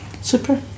Super